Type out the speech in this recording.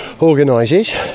organises